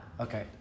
okay